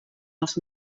els